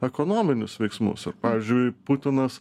ekonominius veiksmus ir pavyzdžiui putinas